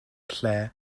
lle